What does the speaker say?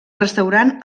restaurant